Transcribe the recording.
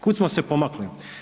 Kud smo se pomakli?